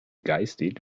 geistig